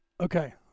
Okay